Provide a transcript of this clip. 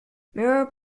mirror